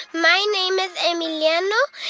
my name is emiliano.